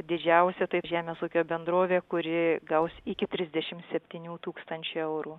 didžiausia taip žemės ūkio bendrovė kuri gaus iki trisdešimt septynių tūkstančių eurų